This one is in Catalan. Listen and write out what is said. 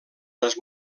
les